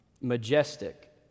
majestic